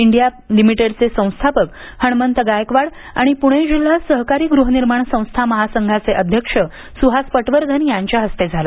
India लिमिटेडचे संस्थापक हणमंत गायकवाड पुणे जिल्हा सहकारी गृहनिर्माण संस्था महासंघाचे अध्यक्ष सुहास पटवर्धन यांच्या हस्ते झाला